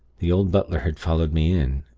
the old butler had followed me in,